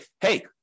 hey